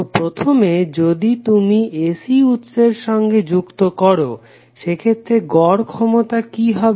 তো প্রথমে যদি তুমি AC উৎসের সঙ্গে যুক্ত করো সেক্ষেত্রে গড় ক্ষমতা কি হবে